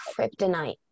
kryptonite